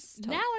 now